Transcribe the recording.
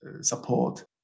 support